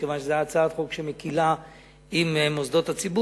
מכיוון שזאת היתה הצעת חוק שמקלה עם מוסדות הציבור.